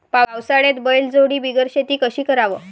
पावसाळ्यात बैलजोडी बिगर शेती कशी कराव?